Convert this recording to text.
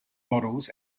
models